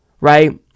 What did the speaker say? right